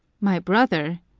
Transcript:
my brother!